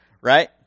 Right